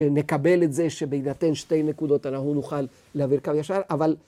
‫נקבל את זה שבהינתן שתי נקודות ‫אנחנו נוכל להעביר קו ישר אבל...